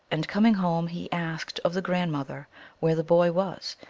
and coming home, he asked of the grandmother where the boy was,